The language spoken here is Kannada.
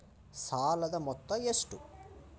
ಸಾಲದ ಮೊತ್ತ ಎಷ್ಟು?